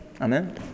Amen